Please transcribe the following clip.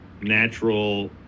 natural